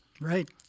Right